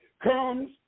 comes